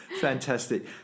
Fantastic